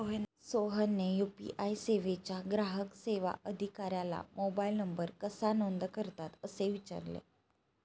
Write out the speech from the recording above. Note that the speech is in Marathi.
सोहनने यू.पी.आय सेवेच्या ग्राहक सेवा अधिकाऱ्याला मोबाइल नंबर कसा नोंद करतात असे विचारले